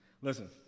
Listen